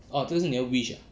oh 这个是你的 wish ah